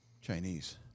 Chinese